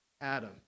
Adam